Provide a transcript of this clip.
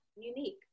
unique